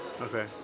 Okay